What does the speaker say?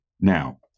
Now